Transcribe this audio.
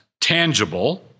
tangible